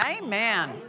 Amen